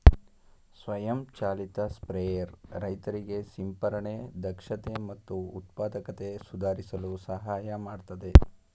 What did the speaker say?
ಸ್ವಯಂ ಚಾಲಿತ ಸ್ಪ್ರೇಯರ್ ರೈತರಿಗೆ ಸಿಂಪರಣೆ ದಕ್ಷತೆ ಮತ್ತು ಉತ್ಪಾದಕತೆ ಸುಧಾರಿಸಲು ಸಹಾಯ ಮಾಡ್ತದೆ